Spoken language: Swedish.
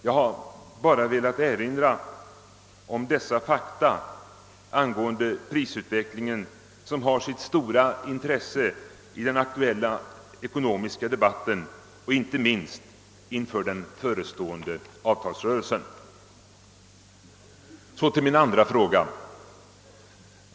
Jag har bara velat erinra om dessa fakta angående prisutvecklingen, som har sitt stora intresse i den aktuella ekonomiska debatten och inte minst inför den förestående avtalsrörelsen. Så till min andra fråga.